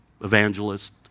evangelist